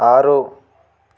ఆరు